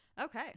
okay